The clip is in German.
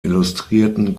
illustrierten